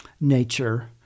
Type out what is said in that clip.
nature